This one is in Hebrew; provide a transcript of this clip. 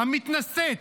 המתנשאת,